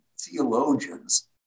theologians